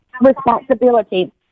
responsibility